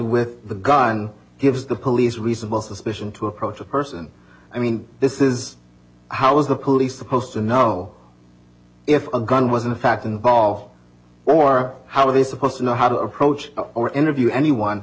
with the gun gives the police reasonable suspicion to approach a person i mean this is how was the police supposed to know if a gun was in fact involved or how are they supposed to know how to approach or interview anyone